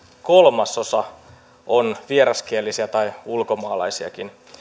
kolmasosa on vieraskielisiä tai ulkomaalaisia